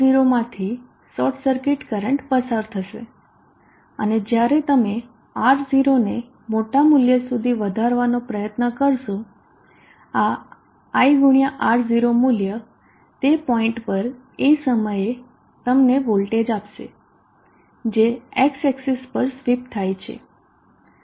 R0 માંથી short circuit current પસાર થશે અને જ્યારે તમે R0 ને મોટા મૂલ્ય સુધી વધારવાનો પ્રયત્ન કરશો આ I ગુણ્યા R0 મૂલ્ય તે પોઈન્ટ પર એ સમયે તમને વોલ્ટેજ આપશે જે x એક્સિસ પર સ્વીપ થાય છે